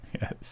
Yes